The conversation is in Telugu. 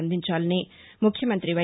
అందించాలని ముఖ్యమంతి వై